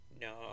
No